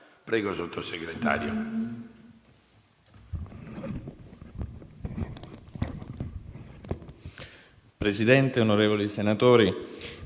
Presidente, onorevoli senatori,